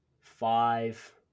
five